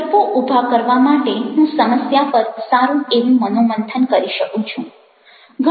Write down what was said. વિકલ્પો ઉભા કરવા માટે હું સમસ્યા પર સારું એવું મનોમંથન કરી શકું છું